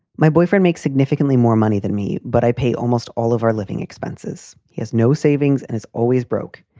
my boyfriend makes significantly more money than me, but i pay almost all of our living expenses. he has no savings and is always broke.